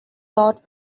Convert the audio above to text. lot